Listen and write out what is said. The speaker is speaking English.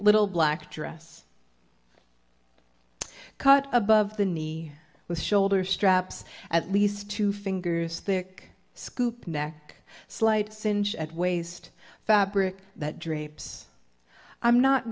little black dress a cut above the knee with shoulder straps at least two fingers thick scoop neck slight cinch at waist fabric that drapes i'm not